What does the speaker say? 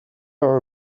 are